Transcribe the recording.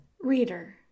Reader